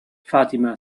fatima